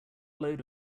load